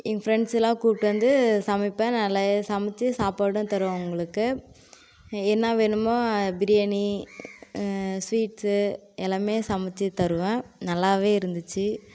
என் ஃப்ரெண்ட்ஸ்லாம் கூப்பிட்டு வந்து சமைப்பேன் நல்லா சமைச்சி சாப்பாடும் தருவேன் அவங்களுக்கு என்ன வேணும் பிரியாணி ஸ்வீட்ஸ் எல்லாம் சமைச்சி தருவேன் நல்லா இருந்துச்சு